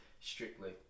strictly